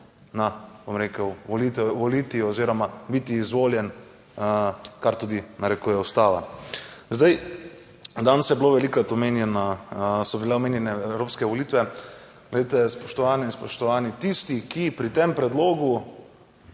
na, bom rekel, volitev, voliti oziroma biti izvoljen, kar tudi narekuje Ustava. Zdaj, danes so bile velikokrat omenjene evropske volitve. Glejte, spoštovane in spoštovani, tisti, ki pri tem predlogu